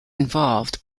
involved